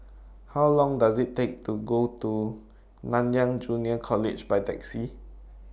How Long Does IT Take to Go to Nanyang Junior College By Taxi